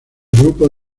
grupo